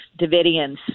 Davidians